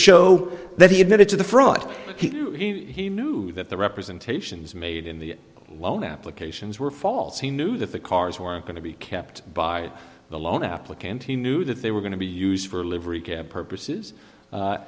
show that he admitted to the fraud he knew that the representations made in the loan applications were false he knew that the cars weren't going to be kept by the loan applicant he knew that they were going to be used for livery purposes